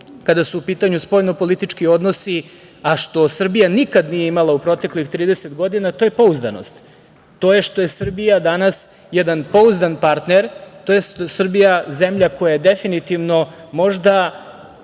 kada su u pitanju spoljnopolitički odnosi, a što Srbija nikada nije imala u proteklih 30 godina, to je pouzdanost. To je što je Srbija danas jedan pouzdan partner, tj. Srbija zemlja koja je definitivno možda